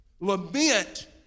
lament